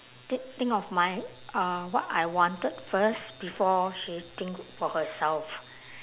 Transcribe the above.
thi~ think of my uh what I wanted first before she think for herself